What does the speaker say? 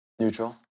Neutral